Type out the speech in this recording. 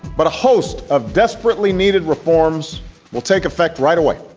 but a host of desperately needed reforms will take effect right away.